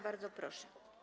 Bardzo proszę.